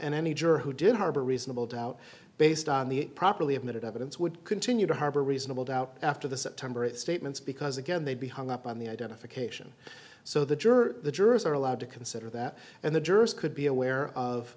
any juror who did harbor reasonable doubt based on the properly admitted evidence would continue to harbor reasonable doubt after the september eighth statements because again they'd be hung up on the identification so the jury or the jurors are allowed to consider that and the jurors could be aware of